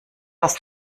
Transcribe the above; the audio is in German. das